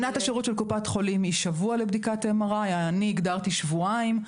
אמנת השירות של קופת חולים היא שבוע לבדיקת MRI. אני הגדרתי שבועיים.